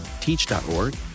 TEACH.ORG